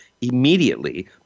immediately